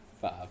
Five